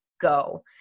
go